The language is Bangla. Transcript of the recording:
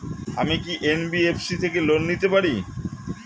আমি কি এন.বি.এফ.সি থেকে লোন নিতে পারি?